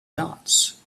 dots